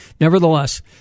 nevertheless